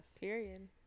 period